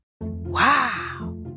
Wow